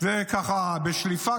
זה ככה בשליפה.